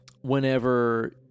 whenever